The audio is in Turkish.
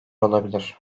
olabilir